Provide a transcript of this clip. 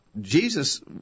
Jesus